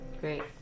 Great